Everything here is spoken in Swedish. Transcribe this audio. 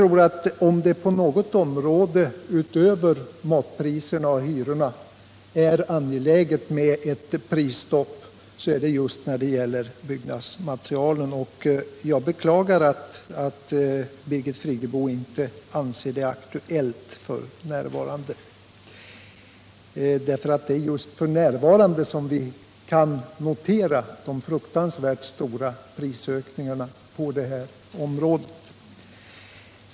Om det på något område utöver matpriserna och hyrorna är angeläget med ett prisstopp, så är det just när det gäller byggnadsmaterial. Jag beklagar att Birgit Friggebo inte anser det aktuellt f. n. — det är nämligen f. n. vi kan notera mycket stora prisökningar på detta område.